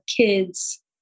kids